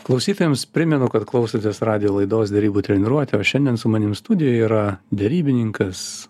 klausytojams primenu kad klausotės radijo laidos derybų treniruotė o šiandien su manim studijoj yra derybininkas